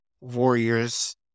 Warriors